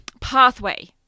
pathway